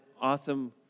awesome